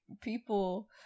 people